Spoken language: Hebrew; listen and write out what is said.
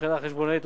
מבחינה חשבונאית,